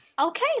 Okay